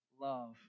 love